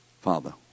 Father